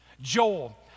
Joel